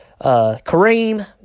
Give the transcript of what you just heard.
Kareem